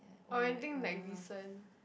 or anything like recent